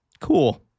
cool